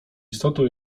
istotą